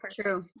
True